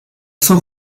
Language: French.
sans